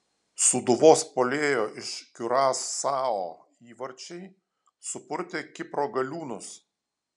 sūduvos puolėjo iš kiurasao įvarčiai supurtė kipro galiūnus